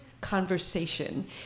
conversation